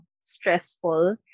stressful